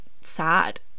sad